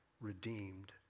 redeemed